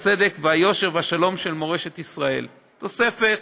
הצדק והיושר והשלום של מורשת ישראל, תוספת